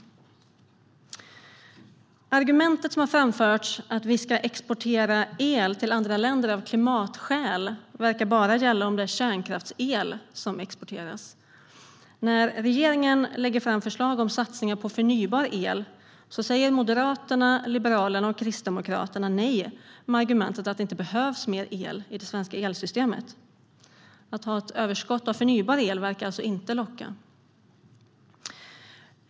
Man har framfört argumentet att vi av klimatskäl ska exportera el till andra länder, men det verkar bara gälla om det är kärnkraftsel som exporteras. När regeringen lägger fram förslag om satsningar på förnybar el säger Moderaterna, Liberalerna och Kristdemokraterna nej med argumentet att det inte behövs mer el i det svenska elsystemet. Att ha ett överskott av förnybar el verkar alltså inte locka.